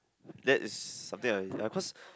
that is something I I first